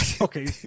Okay